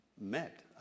met